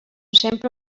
sempre